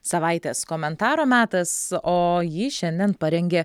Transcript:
savaitės komentaro metas o jį šiandien parengė